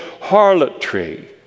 harlotry